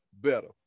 better